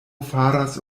faras